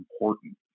important